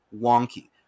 wonky